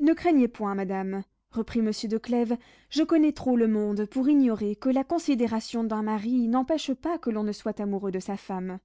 ne craignez point madame reprit monsieur de clèves je connais trop le monde pour ignorer que la considération d'un mari n'empêche pas que l'on ne soit amoureux de sa femme